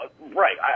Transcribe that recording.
right